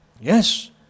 Yes